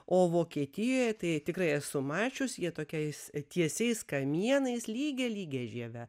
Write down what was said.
o vokietijoje tai tikrai esu mačiusi jie tokiais tiesiais kamienais lygia lygia žieve